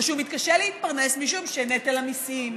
או שהוא מתקשה להתפרנס משום שנטל המיסים